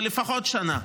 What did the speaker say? זה לפחות שנה.